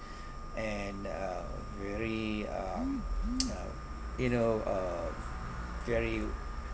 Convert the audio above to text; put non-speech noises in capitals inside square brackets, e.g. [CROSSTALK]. and uh very uh [NOISE] uh you know uh very